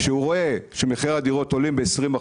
כשהוא רואה שמחירי הדירות עולים ב-20%,